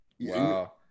Wow